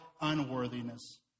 unworthiness